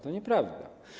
To nieprawda.